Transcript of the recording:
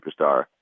superstar